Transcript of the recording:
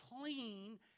clean